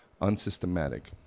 Unsystematic